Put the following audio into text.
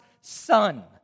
son